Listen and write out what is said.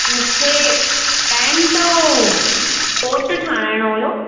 मूंखे पेंटु अऊं कोटु ठाराइणो हुओ